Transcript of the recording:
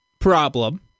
problem